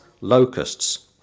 locusts